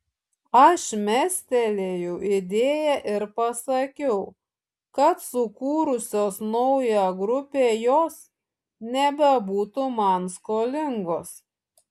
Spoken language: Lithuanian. aš mestelėjau idėją ir pasakiau kad sukūrusios naują grupę jos nebebūtų man skolingos